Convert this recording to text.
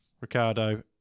Ricardo